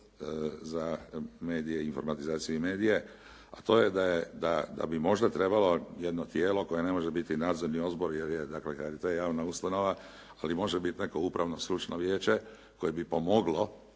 za medije, informatizaciju i medije a to je da je da bi možda trebalo jedno tijelo koje ne može biti nadzorni odbor jer je dakle HDZ javna ustanova ali može biti neko upravno stručno vijeće koje bi pomoglo